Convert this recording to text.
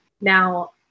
Now